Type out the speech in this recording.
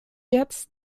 jetzt